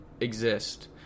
exist